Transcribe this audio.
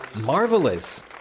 marvelous